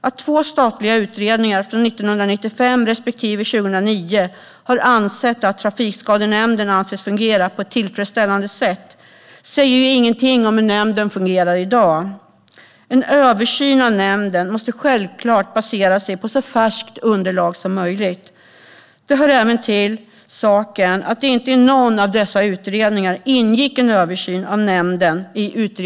Att två statliga utredningar från 1995 respektive 2009 har ansett att Trafikskadenämnden fungerar på ett tillfredsställande sätt säger ingenting om hur nämnden fungerar i dag. En översyn av nämnden måste självklart basera sig på ett så färskt underlag som möjligt. Det hör även till saken att det inte i utredningsdirektiven för någon av dessa utredningar ingick en översyn av nämnden.